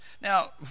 Now